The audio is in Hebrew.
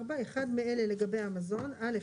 4. אחד מאלה לגבי המזון, א.